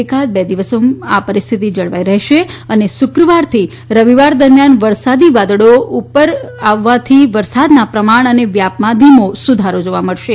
એકાદ બે દિવસ આ પરિસ્થિતિ જળવાઇ રહેશે અને શુક્રવારથી રવિવાર દરમિયાન વરસાદી વાદળો ઉપર વવાથી વરસાદના પ્રમાણ અને વ્યાપમાં ધીમો સુધારો જોવા મળશે